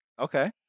Okay